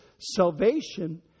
salvation